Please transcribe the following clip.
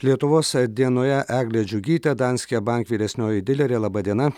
lietuvos dienoje eglė džiugytė danske bank vyresnioji dilerė laba diena